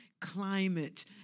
climate